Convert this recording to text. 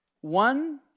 One